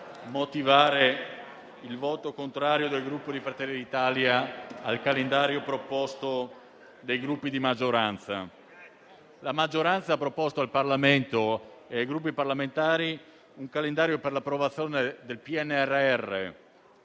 motivare il voto contrario del Gruppo Fratelli d'Italia al calendario proposto dai Gruppi di maggioranza. La maggioranza ha proposto al Parlamento e ai Gruppi parlamentari un calendario per l'approvazione del PNRR